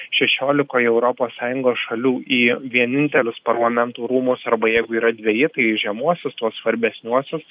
šešiolikoje europos sąjungos šalių į vienintelius parlamentų rūmus arba jeigu yra dveji tai žemuosius tuos svarbesniuosius